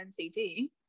NCT